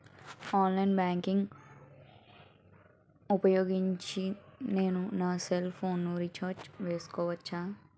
Online banking ఊపోయోగించి నేను నా సెల్ ఫోను ని రీఛార్జ్ చేసుకోవచ్చా?